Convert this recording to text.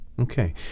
Okay